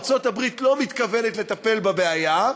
ארצות-הברית לא מתכוונת לטפל בבעיה,